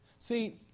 See